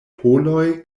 poloj